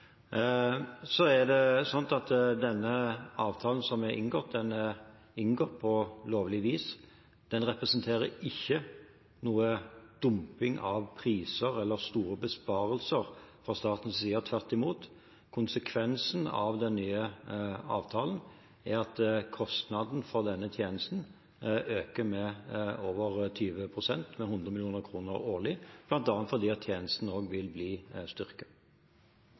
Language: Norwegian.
er et juridisk spørsmål. Den avtalen som er inngått, er inngått på lovlig vis. Den representerer ikke dumping av priser eller store besparelser fra statens side, tvert imot. Konsekvensen av den nye avtalen er at kostnaden for denne tjenesten øker med over 20 pst., med 100 mill. kr årlig, bl.a. fordi tjenesten vil bli styrket.